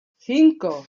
cinco